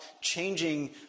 changing